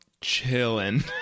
chilling